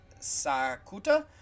sakuta